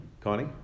Connie